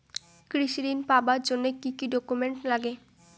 কৃষি ঋণ পাবার জন্যে কি কি ডকুমেন্ট নাগে?